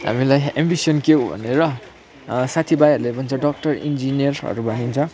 हामीलाई एम्बिसन के हो भनेर साथी भाइहरूले भन्छ डक्टर इन्जिनियरहरू भनिन्छ